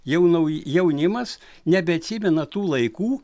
jau nauji jaunimas nebeatsimena tų laikų